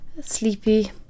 sleepy